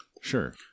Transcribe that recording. sure